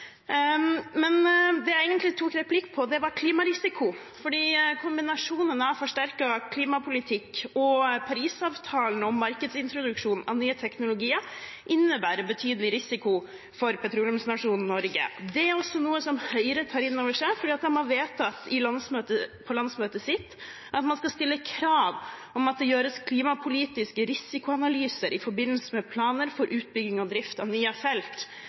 av en forsterket klimapolitikk, Parisavtalen og markedsintroduksjon av nye teknologier innebærer en betydelig risiko for petroleumsnasjonen Norge. Det er også noe som Høyre tar inn over seg, for de har vedtatt på landsmøtet sitt at man skal stille krav om at det gjøres klimapolitiske risikoanalyser i forbindelse med planer for utbygging og drift av nye felt.